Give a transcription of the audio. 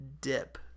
dip